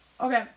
Okay